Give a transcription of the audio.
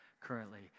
currently